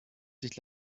sich